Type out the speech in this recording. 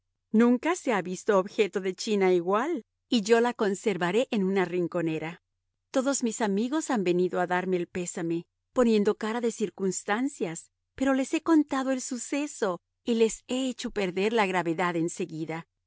nunca se ha visto objeto de china igual y yo la conservaré en una rinconera todos mis amigos han venido a darme el pésame poniendo cara de circunstancias pero les he contado el suceso y les he hecho perder la gravedad en seguida